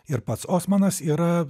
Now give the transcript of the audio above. ir pats osmanas yra